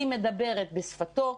היא מדברת בשפתו,